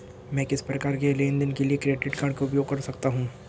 मैं किस प्रकार के लेनदेन के लिए क्रेडिट कार्ड का उपयोग कर सकता हूं?